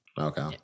Okay